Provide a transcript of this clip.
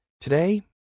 Today